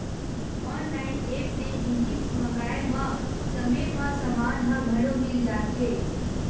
online app ले जिनिस मंगाए म समे म समान ह घलो मिल जाथे